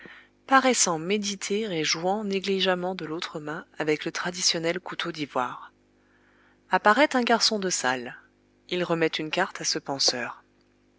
paraissant méditer et jouant négligemment de l'autre main avec le traditionnel couteau d'ivoire apparaît un garçon de salle il remet une carte à ce penseur